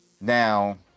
Now